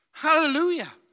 Hallelujah